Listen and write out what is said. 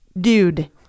dude